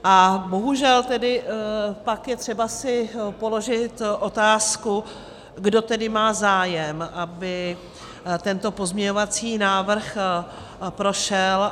A bohužel pak je třeba si položit otázku, kdo tedy má zájem, aby tento pozměňovací návrh prošel.